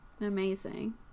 amazing